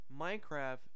minecraft